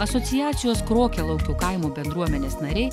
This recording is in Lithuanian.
asociacijos krokialaukio kaimo bendruomenės nariai